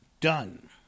done